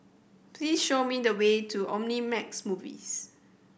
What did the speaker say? please show me the way to Omnimax Movies